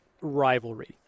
rivalry